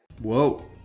Whoa